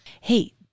Hey